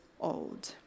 old